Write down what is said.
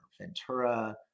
Ventura